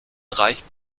reicht